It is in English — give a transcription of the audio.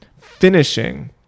finishing